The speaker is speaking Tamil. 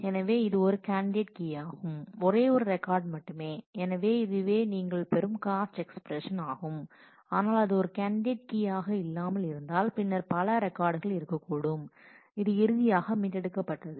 எனவே இது ஒரு கேண்டிடேட் கீயாகும் ஒரே ஒரு ரெக்கார்ட் மட்டுமே எனவே இதுவே நீங்கள் பெறும் காஸ்ட் எக்ஸ்பிரஷன் ஆகும் ஆனால் அது ஒரு கேண்டிடேட் கீ ஆக இல்லாமல் இருந்தால் பின்னர் பல ரெக்கார்ட் இருக்கக்கூடும் அது இறுதியாக மீட்டெடுக்கப்பட்டது